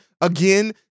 again